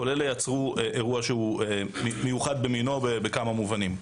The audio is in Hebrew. כל אלה יצרו אירוע שהוא מיוחד במינו בכמה מובנים.